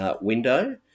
window